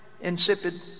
insipid